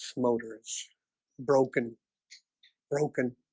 motors broken broken